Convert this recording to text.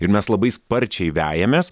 ir mes labai sparčiai vejamės